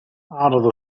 عرض